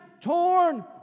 torn